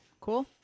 Cool